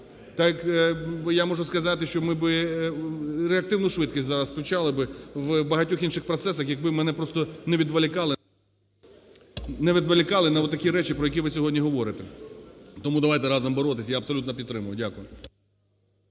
Так я можу сказати, що ми б реактивну швидкість зараз включали б в багатьох інших процесах, якби мене просто не відволікали, не відволікали на такі речі, про які ви сьогодні говорите. Тому давайте разом боротись. Я абсолютно підтримую. Дякую.